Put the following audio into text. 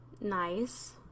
Nice